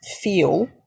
feel